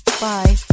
Bye